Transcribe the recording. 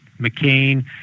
McCain